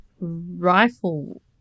rifle